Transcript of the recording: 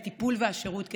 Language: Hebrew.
הטיפול והשירות,